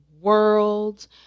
world